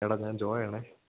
എടാ ഞാൻ ജോയാണ്